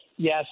Yes